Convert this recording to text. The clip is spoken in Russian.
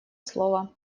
слово